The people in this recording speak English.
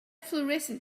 florescent